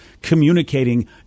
communicating